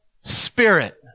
spirit